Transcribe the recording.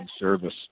service